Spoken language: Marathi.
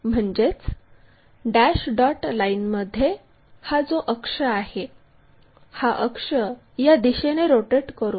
म्हणजेच डॅश डॉट लाइनमध्ये हा जो अक्ष आहे हा अक्ष या दिशेने रोटेट करू